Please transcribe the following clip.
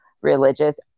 religious